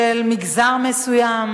של מגזר מסוים.